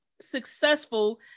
successful